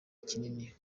kinini